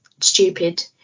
stupid